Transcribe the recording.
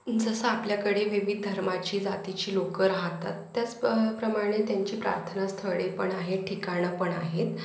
जसं आपल्याकडे विविध धर्माची जातीची लोकं राहतात त्याच प्रमाणे त्यांची प्रार्थनास्थळे पण आहेत ठिकाणं पण आहेत